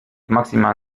maximal